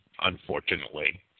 unfortunately